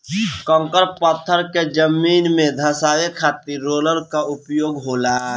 कंकड़ पत्थर के जमीन में धंसावे खातिर रोलर कअ उपयोग होला